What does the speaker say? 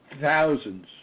Thousands